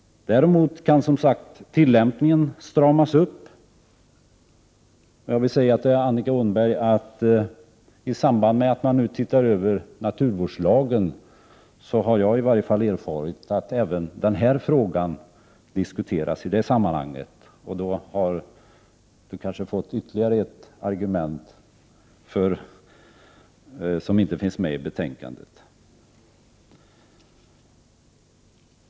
Däremot kan, som sagt, tillämpningen stramas upp. Jag vill säga till Annika Åhnberg att jag har erfarit att även den här frågan diskuteras i samband med att naturvårdslagen nu ses över. Då får vi kanske ytterligare ett argument som inte finns med i betänkandet.